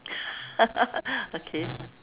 okay